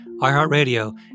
iHeartRadio